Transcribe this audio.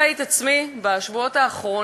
מצאתי את עצמי בשבועות האחרונים,